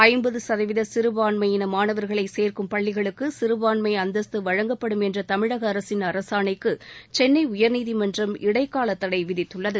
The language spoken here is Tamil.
ஐம்பது சதவீத சிறுபான்மையின மாணவர்களை சேர்க்கும் பள்ளிகளுக்கு சிறுபான்மை அந்தஸ்து வழங்கப்படும் என்ற தமிழக அரசின் அரசாணைக்கு சென்னை உயர்நீதிமன்றம் இடைக்காலத் தடை விதித்துள்ளது